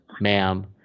ma'am